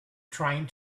trying